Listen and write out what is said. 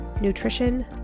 nutrition